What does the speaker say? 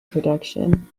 production